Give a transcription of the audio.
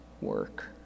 work